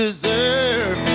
Deserve